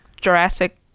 Jurassic